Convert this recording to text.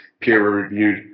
peer-reviewed